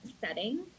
setting